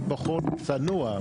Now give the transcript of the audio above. אני בחור צנוע.